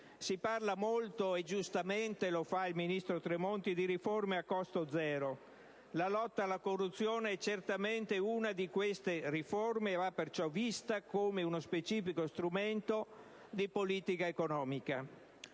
Si parla molto - e giustamente lo fa il ministro Tremonti - di riforme a costo zero. La lotta alla corruzione è certamente una di queste riforme e va perciò vista come uno specifico strumento di politica economica.